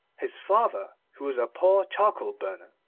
his father, who was a poor charcoal burner,